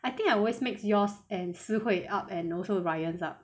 I think I always makes yours and si hui up and also ryan up